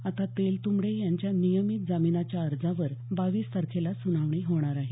आता तेलतुंबडे यांच्या नियमित जामीनाच्या अर्जावर बावीस तारखेला सुनावणी होणार आहे